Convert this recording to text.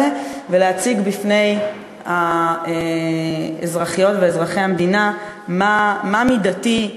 האלה ולהציג בפני אזרחיות ואזרחי המדינה מה מידתי,